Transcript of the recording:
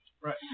Right